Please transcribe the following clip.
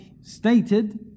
stated